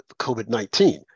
COVID-19